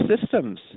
systems